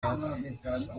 luftwaffe